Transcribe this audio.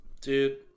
Dude